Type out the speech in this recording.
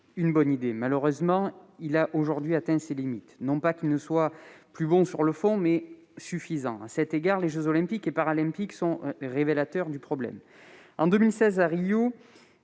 une bonne idée. Malheureusement, il a aujourd'hui atteint ses limites, non qu'il ne soit plus pertinent sur le fond, mais il se révèle insuffisant. À cet égard, les jeux Olympiques et Paralympiques sont révélateurs du problème. Lors des JO de Rio